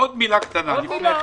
עוד מילה קטנה לפני כן.